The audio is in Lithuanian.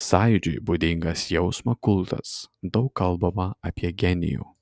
sąjūdžiui būdingas jausmo kultas daug kalbama apie genijų